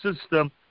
system